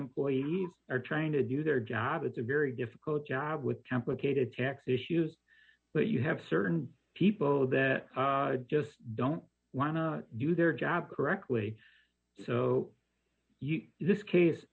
employees are trying to do their job it's a very difficult job with template hated tax issues but you have certain people that just don't wanna do their job correctly so this case